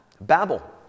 Babel